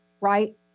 right